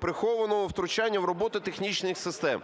прихованого втручання в роботу технічних систем.